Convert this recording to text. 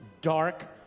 dark